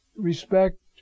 respect